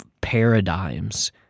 paradigms